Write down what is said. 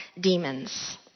demons